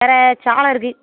வேறு சால இருக்குது